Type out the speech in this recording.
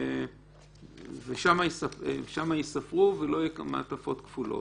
ושמה ייספרו, ולא יהיו מעטפות כפולות.